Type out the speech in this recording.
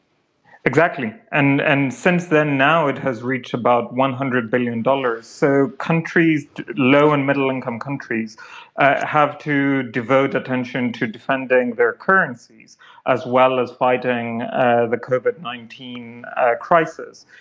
exactly, and and since then now it has reached about one hundred billion dollars, so low and middle income countries have to devote attention to defending their currencies as well as fighting the covid nineteen crisis.